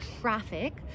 traffic